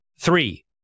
Three